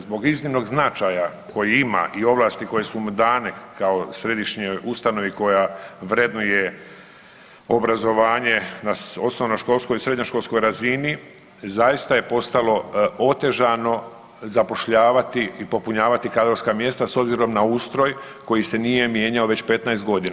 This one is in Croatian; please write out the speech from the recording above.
Zbog iznimnog značaja koji ima i ovlasti koje su mu dane kao središnjoj ustanovi koja vrednuje obrazovanje na osnovnoškolskoj i srednjoškolskoj razini, zaista je postalo otežano zapošljavati i popunjavati kadrovska mjesta s obzirom na ustroj koji se nije mijenjao već 15 godina.